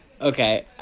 Okay